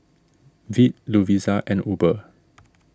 Veet Lovisa and Uber